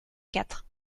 quatre